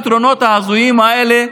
הפתרונות ההזויים האלה,